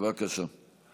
בבקשה.